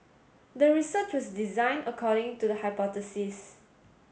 the research was designed according to the hypothesis